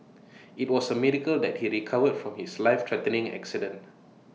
IT was A miracle that he recovered from his lifethreatening accident